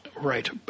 Right